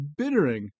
bittering